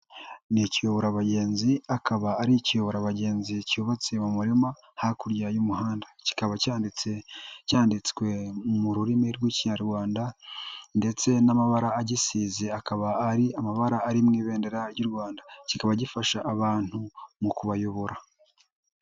Ni ikiyoborabagenzi akaba ari ikiyoborabagenzi cyubatse mu murima hakurya y'umuhanda. Kikaba cyanditse cyanditswe mu rurimi rw'Ikinyarwanda ndetse n'amabara agisize akaba ari amabara ari mu ibendera ry'u Rwanda. Kikaba gifasha abantu mu kubayobora.